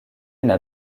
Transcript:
n’a